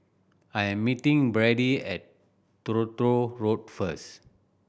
I am meeting Bradly at Truro Road first